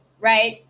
right